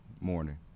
morning